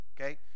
Okay